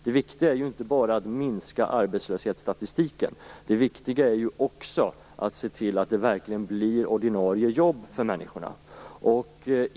Det viktiga är ju inte bara att förbättra arbetslöshetsstatistiken. Det viktiga är ju också att se till att det verkligen blir ordinarie jobb för människorna.